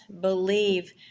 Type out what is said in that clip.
believe